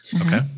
Okay